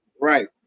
Right